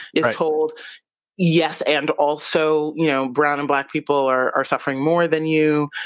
is told yes, and also you know brown and black people are are suffering more than you,